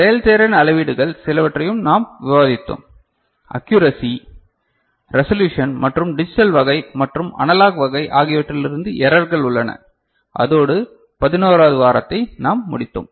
செயல்திறன் அளவீடுகள் சிலவற்றையும் நாம் விவாதித்தோம் அக்கியுரசி ரெசலுஷன் மற்றும் டிஜிட்டல் வகை மற்றும் அனலாக் வகை ஆகியவற்றிலிருந்து எரர்கள் உள்ளன அதோடு 11 வது வாரத்தை நாம் முடித்தோம்